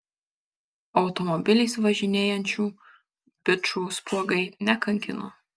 automobiliais važinėjančių bičų spuogai nekankino